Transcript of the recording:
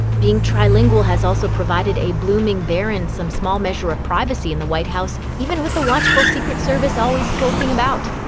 being trilingual has also provided a blooming barron some small measure of privacy in the white house, even with the watchful secret service always skulking about.